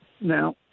Now